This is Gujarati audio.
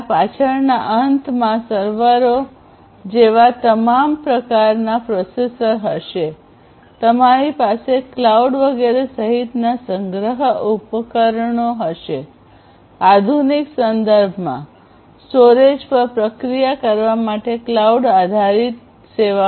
પાછળના અંતમાં સર્વરો જેવા તમામ પ્રકારના પ્રોસેસર હશે તમારી પાસે ક્લાઉડ વગેરે સહિતના સંગ્રહ ઉપકરણો હશે આધુનિક સંદર્ભમાં સ્ટોરેજ પર પ્રક્રિયા કરવા માટે ક્લાઉડ આધારિત સેવાઓ